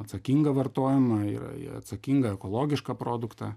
atsakingą vartojimą yra į atsakingą ekologišką produktą